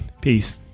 Peace